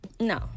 No